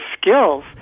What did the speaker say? skills